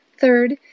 Third